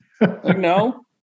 No